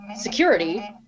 security